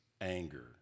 anger